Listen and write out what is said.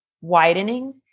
widening